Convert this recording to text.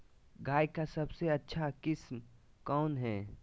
गाय का सबसे अच्छा किस्म कौन हैं?